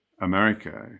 America